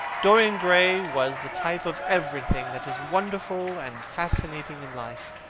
dorian gray was the type of everything that is wonderful and fascinating in life.